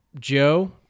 Joe